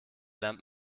lernt